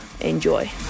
Enjoy